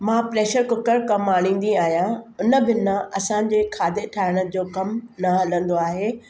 मां pressure cooker कमु आणींदी आहियां उन बिना असांजे खाधे ठाहिण जो कमु न हलंदो आहे